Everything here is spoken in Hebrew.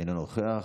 אינו נוכח.